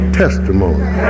testimony